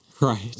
Right